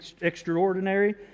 extraordinary